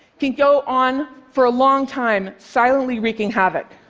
can go on for a long time, silently wreaking havoc.